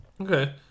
Okay